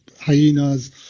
hyenas